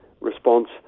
response